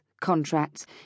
contracts